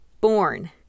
Born